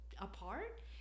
apart